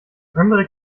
andere